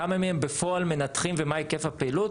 כמה מהם בפועל מנתחים ומה היקף הפעילות.